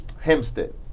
Hempstead